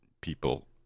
people